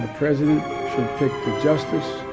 president should pick the justice.